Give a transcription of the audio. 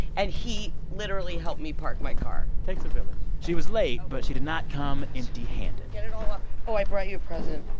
and he literally helped me park my car takes a village she was late, but she did not come empty-handed get it all up. oh, i brought you a present